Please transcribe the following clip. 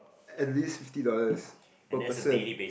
at least fifty dollars per person